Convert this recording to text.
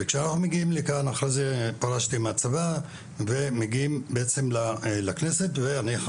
אחרי זה פרשתי מהצבא ומגיעים בעצם לכנסת ואנחנו